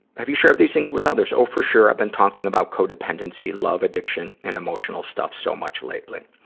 have you shared these things with others? oh, for sure. i've been talking about codependency, love addiction, and emotional stuff so much lately.